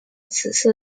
紫色